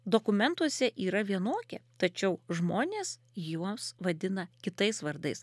dokumentuose yra vienokie tačiau žmonės juos vadina kitais vardais